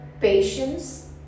patience